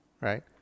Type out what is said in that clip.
right